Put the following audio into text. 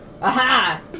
Aha